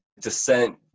Descent